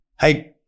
hey